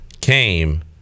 came